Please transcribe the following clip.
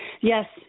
Yes